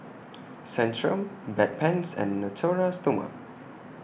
Centrum Bedpans and Natura Stoma